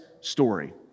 story